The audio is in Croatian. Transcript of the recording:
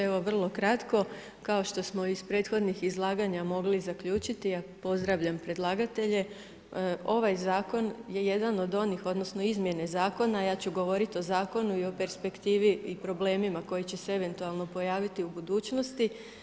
Evo, vrlo kratko, kao što smo iz prethodnih izlaganja mogli zaključiti, a pozdravljam predlagatelje, ovaj zakon je jedan od onih, odnosno izmjene zakona, a ja ću govoriti o zakonu i perspektivi i o problemima koji će se eventualno pojaviti u budućnosti.